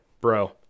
bro